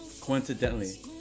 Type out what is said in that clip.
Coincidentally